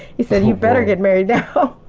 you said he better get married now. so